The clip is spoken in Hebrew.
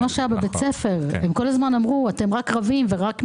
בביקור בבית הספר הם כל הזמן אמרו: אתם רק רבים ורק מקללים.